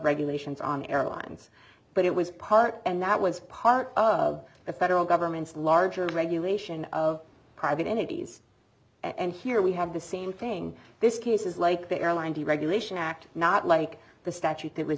regulations on airlines but it was part and that was part of the federal government's larger regulation of private entities and here we have the same thing this case is like the airline deregulation act not like the statute that was